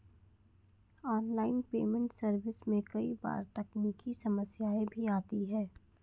online payment service में कई बार तकनीकी समस्याएं भी आती है